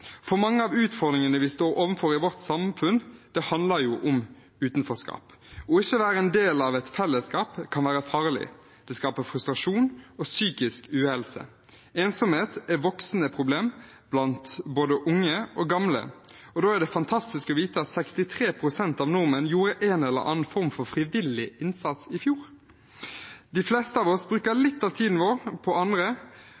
for mange av utfordringene vi står overfor i vårt samfunn, handler om utenforskap. Ikke å være en del av et fellesskap kan være farlig. Det skaper frustrasjon og psykisk uhelse. Ensomhet er et voksende problem blant både unge og gamle, og da er det fantastisk å vite at 63 pst. av nordmenn gjorde en eller annen form for frivillig innsats i fjor. De fleste av oss bruker